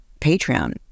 Patreon